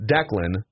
Declan